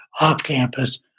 off-campus